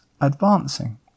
advancing